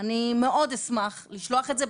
אני מאוד אשמח לשלוח את זה,